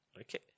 Okay